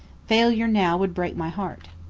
failure now would break my heart.